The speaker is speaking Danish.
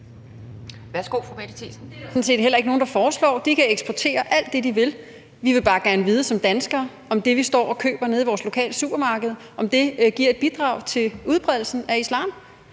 Værsgo, fru Mette Thiesen.